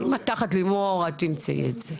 אם את תחת לימור, את תמצאי את זה,